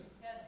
Yes